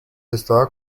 estaba